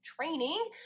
training